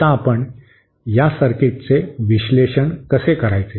आता आपण या सर्किटचे विश्लेषण कसे करायचे